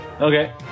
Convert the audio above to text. Okay